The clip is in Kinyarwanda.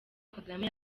kagame